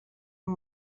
amb